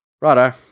righto